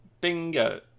Bingo